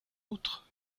outre